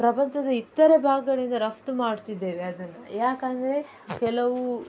ಪ್ರಪಂಚದ ಇತರ ಭಾಗಗಳಿಂದ ರಫ್ತು ಮಾಡ್ತಿದ್ದೇವೆ ಅದನ್ನು ಯಾಕೆಂದರೆ ಕೆಲವು